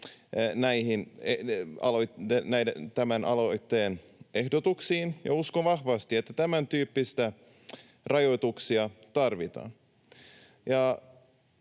tämän aloitteen ehdotuksiin, ja uskon vahvasti, että tämäntyyppisiä rajoituksia tarvitaan.